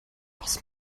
was